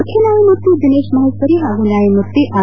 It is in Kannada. ಮುಖ್ಯನ್ಯಾಯಮೂರ್ತಿ ದಿನೇತ್ ಮಹೇಶ್ವರಿ ಹಾಗೂ ನ್ಯಾಯಮೂರ್ತಿ ಆರ್